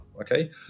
okay